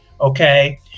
Okay